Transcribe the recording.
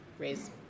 raise